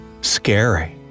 Scary